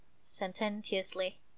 sententiously